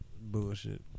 Bullshit